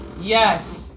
Yes